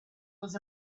was